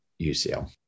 UCL